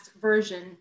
version